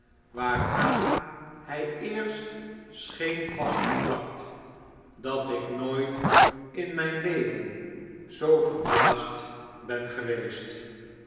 waaraan hij eerst scheen vastgeplakt dat ik nooit in mijn leven zoo verbaasd ben geweest